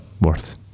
worth